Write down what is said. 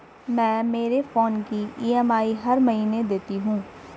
मैं मेरे फोन की ई.एम.आई हर महीने देती हूँ